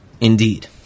Indeed